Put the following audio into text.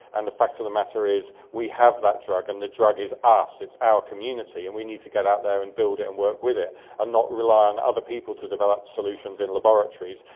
and the fact of the matter is we have that drug and the drug is us, it's our community, and we need to get out there and built it and work with it and not rely on other people to develop solutions in laboratories.